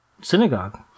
synagogue